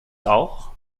auch